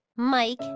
mike